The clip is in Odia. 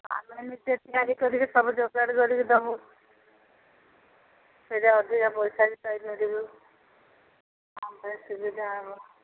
ଆମେ ଏମିତି ତିଆରି କରିକି ସବୁ ଯୋଗାଡ଼ କରିକି ଦେବୁ ସେଇଟା ଅଧିକା ପଇସା ବି ପାଇପାରିବୁ ଆମ ପାଇଁ ସୁବିଧା ହେବ